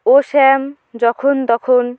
ও শ্যাম যখন তখন